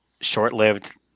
short-lived